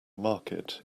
market